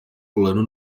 pulando